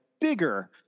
bigger